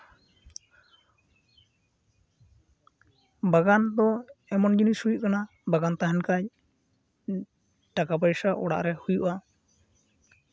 ᱵᱟᱜᱟᱱ ᱫᱚ ᱮᱢᱚᱱ ᱡᱤᱱᱤᱥ ᱦᱩᱭᱩᱜ ᱠᱟᱱᱟ ᱵᱟᱜᱟᱱ ᱛᱟᱦᱮᱱ ᱠᱷᱟᱱ ᱴᱟᱠᱟ ᱯᱚᱭᱥᱟ ᱚᱲᱟᱜ ᱨᱮ ᱦᱩᱭᱩᱜᱼᱟ